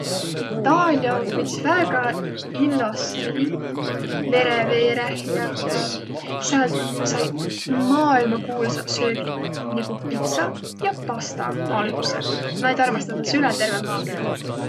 Itaalia om üts väega illos riik, mere veereh ja puha. Säält saiq maailma kuulsaq söögiq nigu pitsa ja pasta alguse. Naid armastõdas üle terve maakerä.